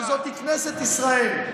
שזאת כנסת ישראל.